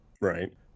Right